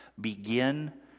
begin